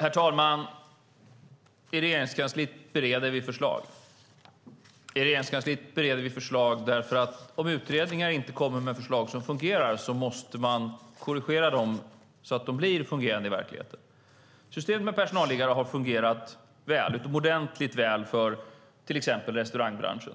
Herr talman! I Regeringskansliet bereder vi förslag. Om utredningar kommer med förslag som inte fungerar måste man nämligen korrigera dem så att de blir fungerande i verkligheten. Systemet med personalliggare har fungerat utomordentligt väl för till exempel restaurangbranschen.